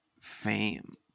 fame